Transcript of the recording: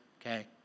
okay